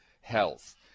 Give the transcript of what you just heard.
health